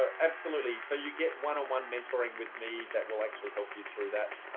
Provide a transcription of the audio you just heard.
ah absolutely. so you get one on one mentoring with me that will actually help you through that,